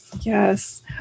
Yes